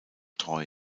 treu